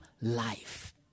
life